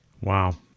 Wow